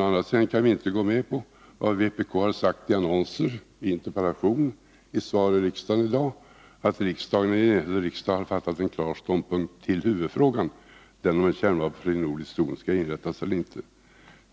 Å andra sidan kan vi inte gå med på vad vpk har sagt i annonser, i interpellation och i samband med svar i riksdagen i dag — att riksdagen har tagit ståndpunkt i huvudfrågan, att en kärnvapenfri nordisk zon skall inrättas.